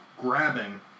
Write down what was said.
Grabbing